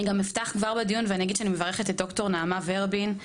אני אפתח גם בברכה לד״ר נעמה ורבין,